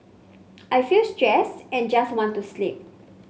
I feel stressed and just want to sleep